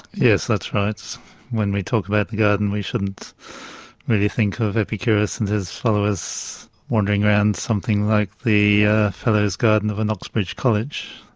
yes, that's right. when we talk about the garden we shouldn't really think of epicurus and his followers wandering around something like the fellows' garden of an oxbridge college,